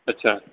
اچھا